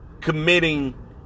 committing